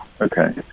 Okay